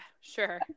sure